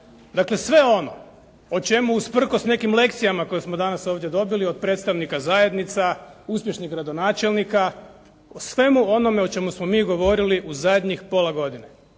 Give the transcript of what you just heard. dakle sve ono o čemu usprkos nekim lekcijama koje smo danas ovdje dobili od predstavnika zajednica, uspješnih gradonačelnika, o svemu onome o čemu smo mi govorili u zadnjih pola godine